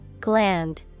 Gland